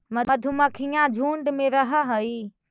मधुमक्खियां झुंड में रहअ हई